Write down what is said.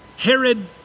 Herod